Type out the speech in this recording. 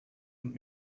und